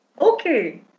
Okay